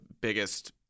biggest